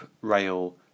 rail